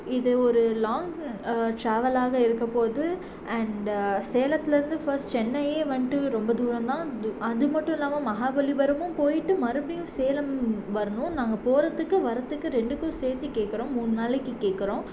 இது ஒரு லாங் டிராவலாக இருக்க போகுது அண்டு சேலத்துலேருந்து ஃபஸ்ட்டு சென்னை வந்துட்டு ரொம்ப தூரம் தான் அது மட்டும் இல்லாமல் மகாபலிபுரமும் போய்ட்டு மறுபடியும் சேலம் வரணும் நாங்கள் போகிறத்துக்கு வர்றத்துக்கு ரெண்டுக்கும் சேத்து கேக்கிறோம் மூணு நாளைக்கு கேக்கிறோம்